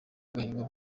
agahigo